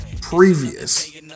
previous